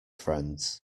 friends